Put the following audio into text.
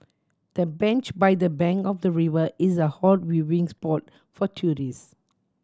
the bench by the bank of the river is a hot viewing spot for tourist